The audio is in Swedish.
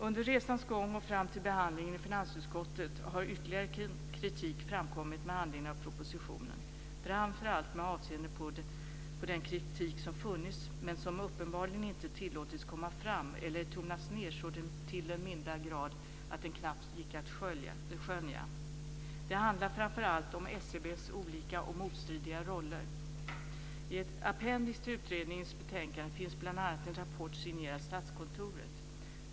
Under resans gång och fram till behandlingen i finansutskottet har ytterligare kritik framkommit med anledning av propositionen, framför allt med avseende på den kritik som funnits men som inte tillåtits komma fram eller tonats ned så till den milda grad att den knappast gick att skönja. Det handlar framför allt om SCB:s olika och motstridiga roller. I ett appendix till utredningens betänkande finns bl.a. en rapport signerad Statskontoret.